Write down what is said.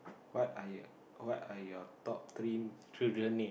what are your what are your top three children mean